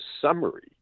summary